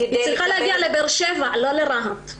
היא צריכה להגיע לבאר שבע, לא לרהט.